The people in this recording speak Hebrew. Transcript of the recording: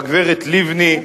והגברת לבני,